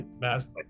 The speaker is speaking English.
mass